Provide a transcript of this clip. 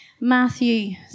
Matthew